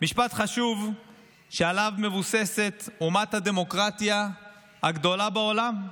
משפט חשוב שעליו מבוססת אומת הדמוקרטיה הגדולה בעולם,